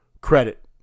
credit